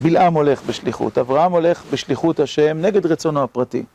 בלעם הולך בשליחות, אברהם הולך בשליחות השם נגד רצונו הפרטי.